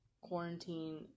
quarantine